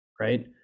right